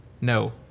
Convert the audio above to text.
No